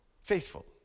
faithful